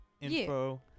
Info